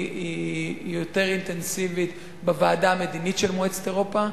היא יותר אינטנסיבית בוועדה המדינית של מועצת אירופה,